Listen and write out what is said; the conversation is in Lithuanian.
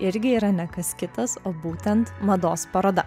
irgi yra ne kas kitas o būtent mados paroda